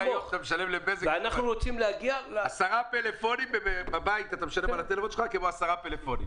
על הטלפון שלך בבית אתה משלם כמו על 10 טלפונים סלולריים.